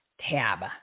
tab